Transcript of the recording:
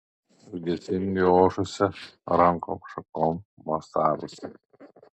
ilgesingai ošusia rankom šakom mosavusia